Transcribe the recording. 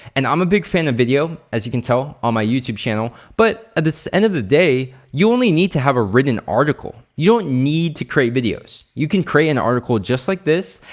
and i'm a big fan of video as you can tell on my youtube channel, but at the end of the day you only need to have a written article. you don't need to create videos. you can create an article just like this,